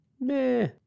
meh